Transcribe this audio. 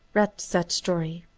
read that story.